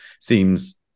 seems